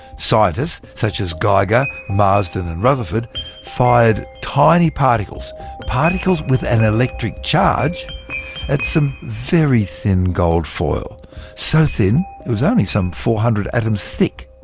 scientists such as geiger, marsden and rutherford fired tiny particles particles with an electric charge at some very thin gold foil so thin it was only some four hundred atoms thick.